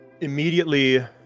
Immediately